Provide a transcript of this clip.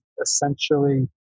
essentially